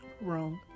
Wrong